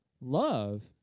Love